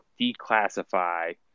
declassify